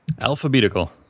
Alphabetical